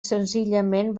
senzillament